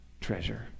treasure